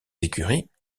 écuries